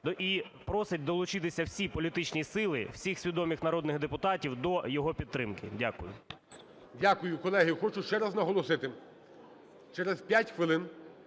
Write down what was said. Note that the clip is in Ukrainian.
і просить долучитися всі політичні сили, всіх свідомих народних депутатів до його підтримки. Дякую. ГОЛОВУЮЧИЙ. Дякую. Колеги, хочу ще раз наголосити: через 5 хвилин